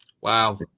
Wow